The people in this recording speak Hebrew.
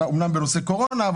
אומנם בנושא קורונה,